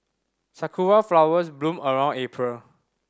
sakura flowers bloom around April